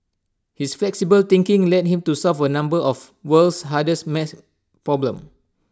his flexible thinking led him to solve A number of world's hardest math problems